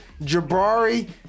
Jabari